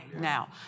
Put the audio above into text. now